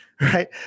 right